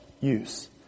use